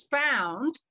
found